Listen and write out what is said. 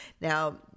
Now